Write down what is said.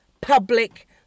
public